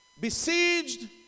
Besieged